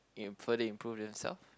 it further improve themselves